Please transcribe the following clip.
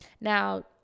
Now